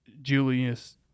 Julius